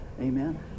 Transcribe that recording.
Amen